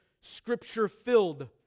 Scripture-filled